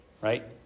right